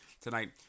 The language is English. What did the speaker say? tonight